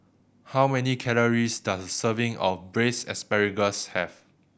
how many calories does a serving of braise asparagus have